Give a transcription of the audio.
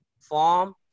form